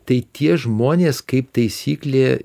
tai tie žmonės kaip taisyklė